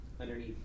underneath